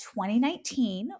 2019